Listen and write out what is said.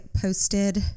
posted